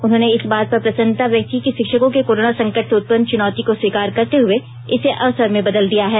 उन्होंने इस बात पर प्रसन्नता व्यक्त की कि शिक्षकों ने कोरोना संकट से उत्पन्न चुनौती को स्वीकार करते हुए इसे अवसर में बदल दिया है